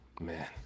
man